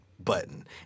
Button